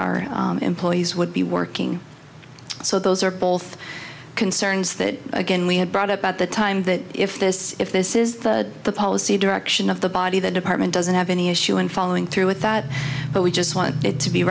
our employees would be working so those are both concerns that again we had brought up at the time that if this if this is the policy direction of the body the department doesn't have any issue in following through with that but we just want it to be